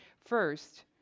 First